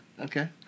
Okay